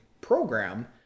program